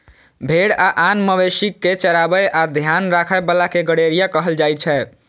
भेड़ आ आन मवेशी कें चराबै आ ध्यान राखै बला कें गड़ेरिया कहल जाइ छै